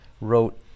wrote